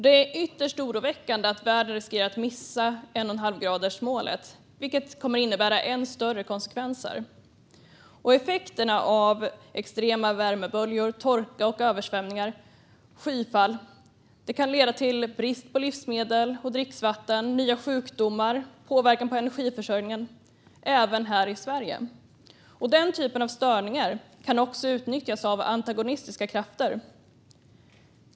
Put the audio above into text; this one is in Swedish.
Det är ytterst oroväckande att världen riskerar att missa 1,5gradersmålet, vilket skulle innebära än större konsekvenser. Extrema värmeböljor, torka, översvämningar och skyfall kan leda till brist på livsmedel och dricksvatten, nya sjukdomar och påverkan på energiförsörjningen även här i Sverige. Den typen av störningar kan utnyttjas av antagonistiska krafter.